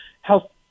health